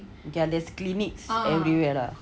okay lah there's clinics everywhere lah